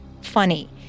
funny